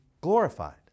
glorified